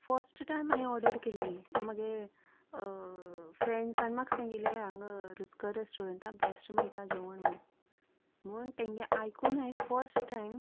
first time हांवेन order केल्ली मागे फ्रेन्डसांन म्हाका सांगिल्ले हांगा रुचकर रेस्टॉरंन्टांत बेस्ट मेळटा जेवण म्हण म्हूण तेंगे आयकोन हांवेन फर्स्ट टायम